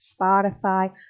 Spotify